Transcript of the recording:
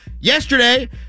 Yesterday